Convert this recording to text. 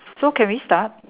so can we start